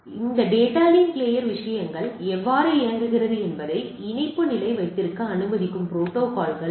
இந்த data link layer விஷயங்கள் எவ்வாறு இயங்குகிறது என்பதை இணைப்பு நிலை வைத்திருக்க அனுமதிக்கும் புரோட்டோகால்கள் இவை